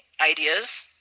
ideas